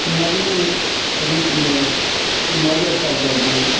नवीन रूपमे ई मज्जरसभके देखि